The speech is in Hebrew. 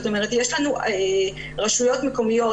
יש לנו רשויות מקומיות,